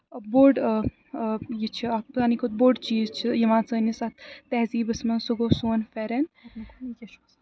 بوٚڈ یہِ چھِ اَکھ سانی کھۄتہٕ بوٚڈ چیٖز چھُ یِوان سٲنِس اَتھ تہذیٖبَس منٛز سُہ گوٚو سون پھٮ۪رَن